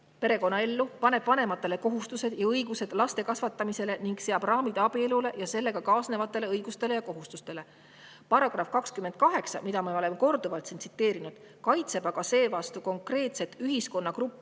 perekonnaellu, paneb vanematele kohustused ja õigused laste kasvatamisel ning seab raamid abielule ja sellega kaasnevatele õigustele ja kohustustele. Paragrahv 28, mida me oleme korduvalt siin tsiteerinud, kaitseb aga seevastu konkreetset ühiskonnagruppi